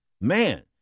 Man